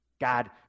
God